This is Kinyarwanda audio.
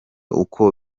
uko